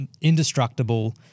indestructible